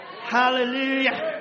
Hallelujah